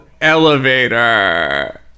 Elevator